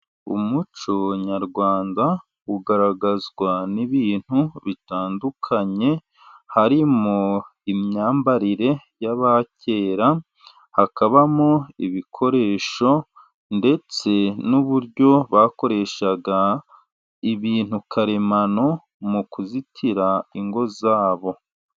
Umuco nyarwanda ugaragazwa n'ibintu bitandukanye: harimo imyambarire y'abakera , hakabamo ibikoresho ndetse n'uburyo bakoresha ibintu karemano mu kuzitira ingo zabo.